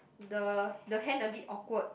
the the hand a bit awkward